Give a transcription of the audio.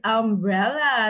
umbrella